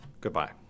Goodbye